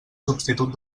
substitut